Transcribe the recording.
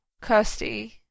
kirsty